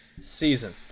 season